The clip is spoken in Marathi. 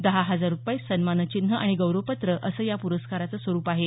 दहा हजार रुपये सन्मानचिन्ह आणि गौरव पत्र असं या पुरस्काराचं स्वरुप आहे